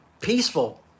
peaceful